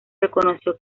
reconoció